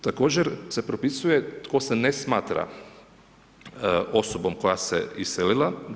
Također se propisuje tko se ne smatra osobom koja se iselila.